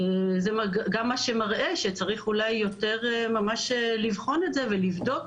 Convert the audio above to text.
וזה גם מה שמראה שצריך אולי יותר לבחון את זה ולבדוק,